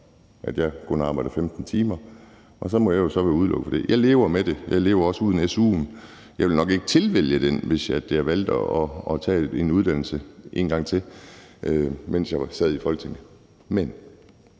at jeg kun arbejder 15 timer, og så må jeg jo så være udelukket fra det. Jeg lever med det, og jeg lever også uden su'en. Jeg ville nok ikke tilvælge den, hvis jeg valgte at tage en uddannelse en gang til, mens jeg sad i Folketinget. I